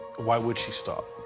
why would she stop?